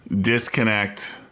disconnect